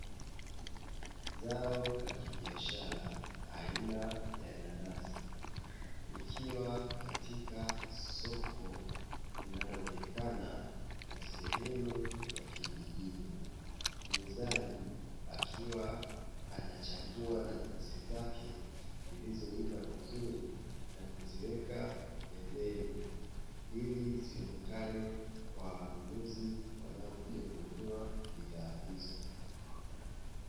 Zao la kibiashara aina ya nanasi, likiwa katika soko linaloonekana ni sehemu ya kijijini. Muuzaji akiwa anachambua nanasi zake zilizoiva vizuri na kuziweka pembeni, ili zionekane kwa wanunuzi wanaokuja kununua bidhaa hizo.